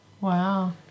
Wow